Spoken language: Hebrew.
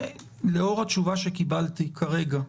לאור התשובה שקיבלתי כרגע,